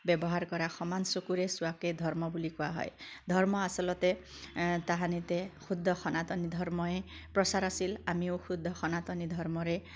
ব্যৱহাৰ কৰা সমান চকুৰে চোৱাকে ধৰ্ম বুলি কোৱা হয় ধৰ্ম আচলতে তাহানিতে শুদ্ধ সনাতনী ধৰ্মই প্ৰচাৰ আছিল আমিও শুদ্ধ সনাতনী ধৰ্মৰে